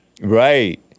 Right